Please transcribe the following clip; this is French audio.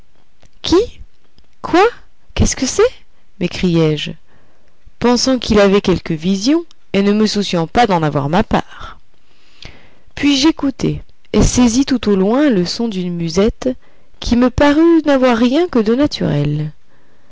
quoi qu'est-ce que c'est m'écriai-je pensant qu'il avait quelque vision et ne me souciant pas d'en avoir ma part puis j'écoutai et saisis tout au loin le son d'une musette qui me parut n'avoir rien que de naturel